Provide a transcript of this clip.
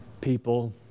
people